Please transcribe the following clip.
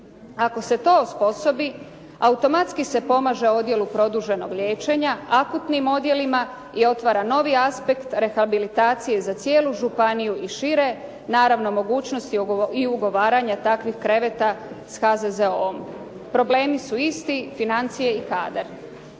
Ako se to osposobi automatski se pomaže odjelu produženog liječenja, akutnim odjelima i otvara novi aspekt rehabilitacije za cijelu županiju i šire. Naravno mogućnost je i ugovaranja takvih kreveta s HZZO-om. Problemi su isti, financije i kadar.